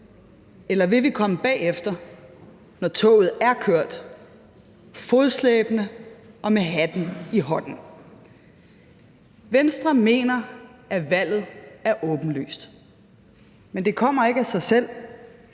Eller vil vi komme bagefter, når toget er kørt, fodslæbende og med hatten i hånden? Venstre mener, at valget er åbenlyst, men det kommer ikke af sig selv